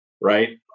right